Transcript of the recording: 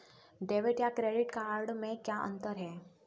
Debit या credit card में क्या अन्तर है?